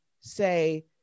say